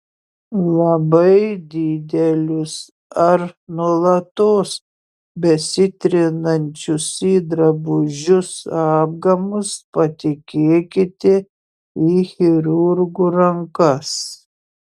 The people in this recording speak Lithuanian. labai didelius ar nuolatos besitrinančius į drabužius apgamus patikėkite į chirurgų rankas